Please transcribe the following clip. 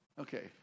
Okay